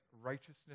righteousness